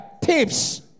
tips